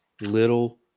Little